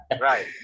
right